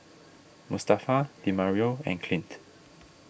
Mustafa Demario and Clint